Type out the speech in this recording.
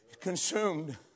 Consumed